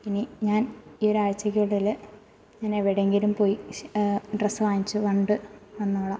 ഇനി ഞാൻ ഈ ഒരാഴ്ച്ചക്കിടയിൽ ഞാൻ എവിടെ എങ്കിലും പോയി ഡ്രസ്സ് വാങ്ങിച്ച് കൊണ്ട് വന്നോളാം